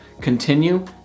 continue